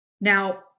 Now